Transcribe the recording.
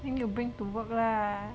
then you bring to work lah